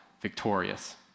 victorious